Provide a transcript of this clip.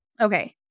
Okay